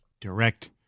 Direct